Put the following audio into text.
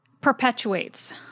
perpetuates